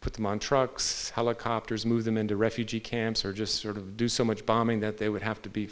put them on trucks helicopters move them into refugee camps or just sort of do so much bombing that they would have to be